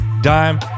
dime